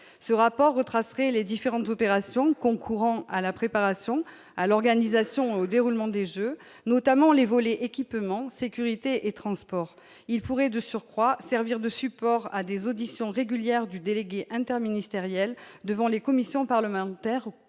ce rapport retrace les différentes opérations concourant à la préparation à l'organisation et au déroulement des Jeux, notamment les vols équipement, sécurité et transport, il pourrait de surcroît servir de support à des auditions régulières du délégué interministériel devant les commissions parlementaires